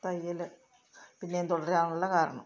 തയ്യൽ പിന്നെയും തുടരാനുള്ള കാരണം